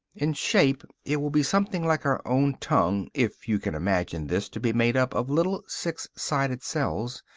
in shape it will be something like our own tongue, if you can imagine this to be made up of little six-sided cells,